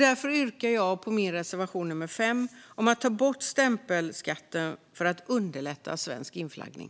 Därför yrkar jag bifall till min reservation nummer 5 om att ta bort stämpelskatten för att underlätta svensk inflaggning.